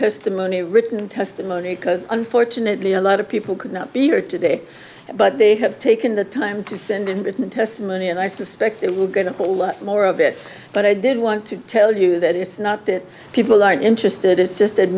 testimony written testimony because unfortunately a lot of people could not be here today but they have taken the time to send in written testimony and i suspect it will get a whole lot more of it but i did want to tell you that it's not that people aren't interested it's just